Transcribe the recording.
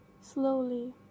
Slowly